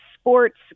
sports